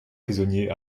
prisonniers